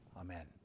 Amen